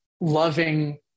loving